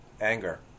anger